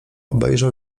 obejrzał